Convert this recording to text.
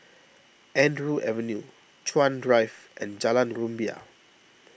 Andrew Avenue Chuan Drive and Jalan Rumbia